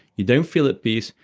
you don't feel at peace.